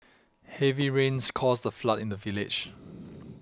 heavy rains caused a flood in the village